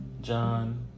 John